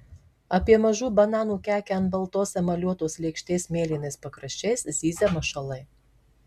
apie mažų bananų kekę ant baltos emaliuotos lėkštės mėlynais pakraščiais zyzia mašalai